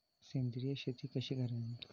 सेंद्रिय शेती कशी करावी?